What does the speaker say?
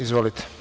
Izvolite.